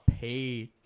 pay